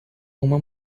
uma